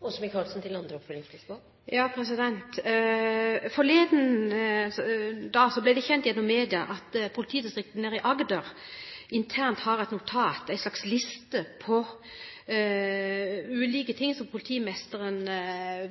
ble det kjent gjennom media at politidistriktene i Agder internt har et notat, en slags liste, om ulike ting som politimesteren